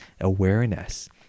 awareness